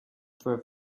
for